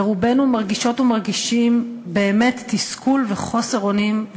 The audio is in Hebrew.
ורובנו מרגישות ומרגישים באמת תסכול וחוסר אונים,